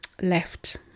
left